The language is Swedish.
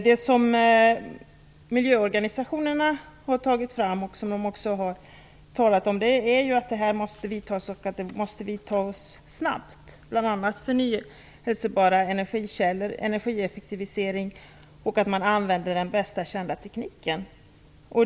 Det som miljöorganisationerna har tagit fram, som de också har talat om, är att det måste vidtas åtgärder snabbt, bl.a. när det gäller förnyelsebara energikällor, energieffektivisering och att använda den bästa kända tekniken.